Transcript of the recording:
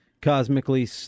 cosmically